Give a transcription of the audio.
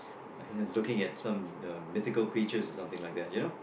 looking at some um mythical creatures or something like that you know